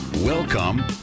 welcome